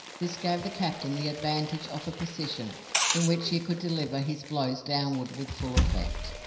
this gave the captain the advantage of a position in which he could deliver his blows downward with full effect.